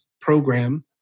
program